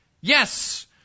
Yes